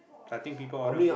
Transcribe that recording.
I think people order food